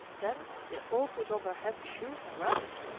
then they all put on their heavy shoes and wraps,